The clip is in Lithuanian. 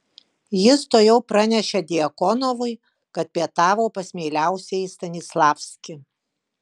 jis tuojau pranešė djakonovui kad pietavo pas mieliausiąjį stanislavskį